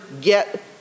get